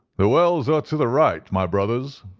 the wells are to the right, my brothers,